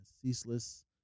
ceaseless